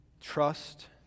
Trust